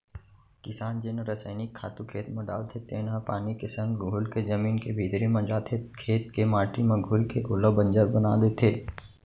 किसान जेन रसइनिक खातू खेत म डालथे तेन ह पानी के संग घुलके जमीन के भीतरी म जाथे, खेत के माटी म घुलके ओला बंजर बना देथे